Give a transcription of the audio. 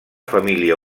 família